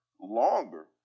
longer